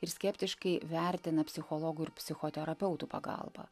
ir skeptiškai vertina psichologų ir psichoterapeutų pagalbą